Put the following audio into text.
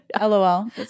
lol